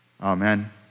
Amen